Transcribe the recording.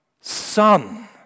son